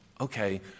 okay